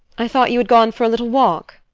i thought you had gone for a little walk.